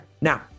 Now